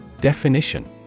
Definition